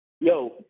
Yo